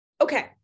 Okay